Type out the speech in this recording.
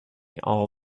all